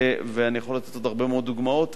ואני יכול לתת עוד הרבה מאוד דוגמאות.